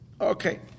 Okay